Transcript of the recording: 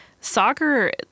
soccer